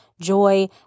joy